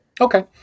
Okay